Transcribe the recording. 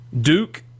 Duke